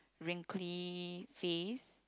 wrinkly face